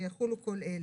יחולו כל אלה,